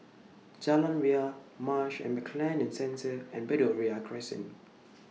Jalan Ria Marsh and McLennan Centre and Bedok Ria Crescent